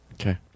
Okay